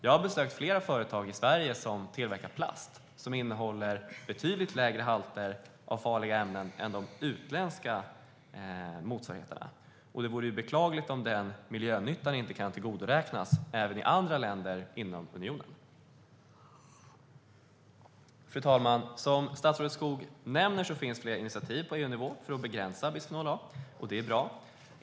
Jag har besökt flera företag i Sverige som tillverkar plast som innehåller betydligt lägre halter av farliga ämnen än de utländska motsvarigheterna. Det vore beklagligt om den miljönyttan inte kan tillgodoräknas även i andra länder inom unionen. Fru talman! Som statsrådet Skog nämner finns flera initiativ på EU-nivå för att begränsa bisfenol A. Det är bra.